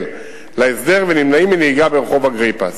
להסדר ונמנעים מנהיגה ברחוב אגריפס.